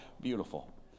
beautiful